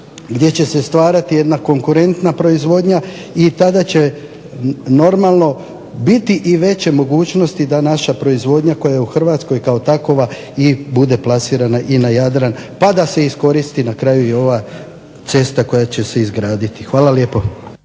gdje će se stvarati jedna konkurentna proizvodnja i tada će normalno biti i veće mogućnosti da naša proizvodnja koja je u Hrvatskoj kao takova i bude plasirana i na Jadran pa da se iskoristi na kraju i ova cesta koja će se izgraditi. Hvala lijepa.